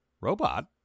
robot